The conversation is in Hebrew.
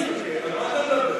על מה אתה מדבר?